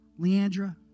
Leandra